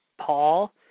Paul